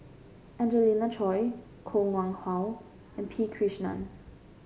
Angelina Choy Koh Nguang How and P Krishnan